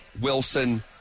Wilson